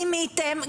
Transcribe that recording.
רימיתם,